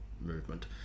movement